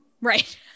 right